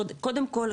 קודם כל,